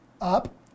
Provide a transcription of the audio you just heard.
up